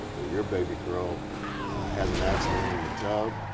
your baby girl has an accident in the tub.